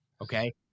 okay